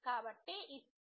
Student Refer Time 1015